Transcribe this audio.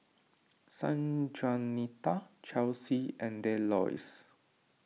Sanjuanita Chelsea and Delois